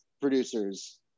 producers